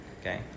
okay